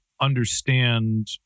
understand